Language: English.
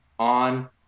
On